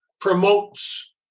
promotes